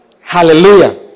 hallelujah